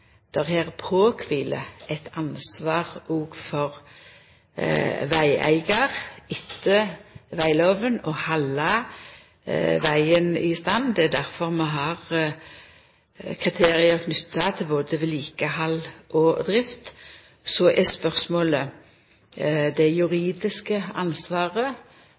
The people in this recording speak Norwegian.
eit ansvar for å halda vegen i stand, på vegeigar. Det er difor vi har kriterium knytte til både vedlikehald og drift. Så er spørsmålet om det